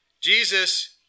Jesus